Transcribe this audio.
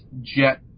Jet